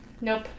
Nope